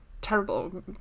terrible